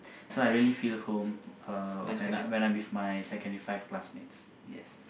so I really feel home uh when I when I'm with my secondary five classmates yes